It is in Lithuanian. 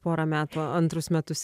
pora metų antrus metus